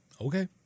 Okay